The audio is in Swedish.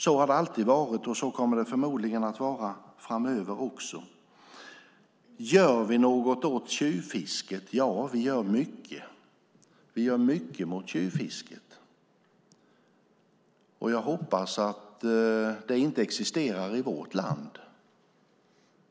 Så har det alltid varit, och så kommer det förmodligen att vara framöver också. Gör vi något åt tjuvfisket? Ja, vi gör mycket. Jag hoppas att det inte existerar i vårt land.